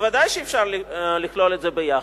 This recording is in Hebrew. ודאי שאפשר לכלול את זה יחד.